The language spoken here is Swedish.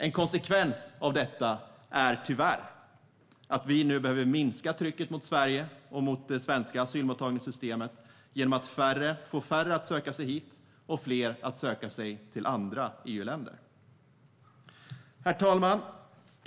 En konsekvens av detta är tyvärr att man nu behöver minska trycket mot Sverige och mot det svenska asylmottagningssystemet genom att få färre att söka sig hit och fler att söka sig till andra EU-länder. Herr talman!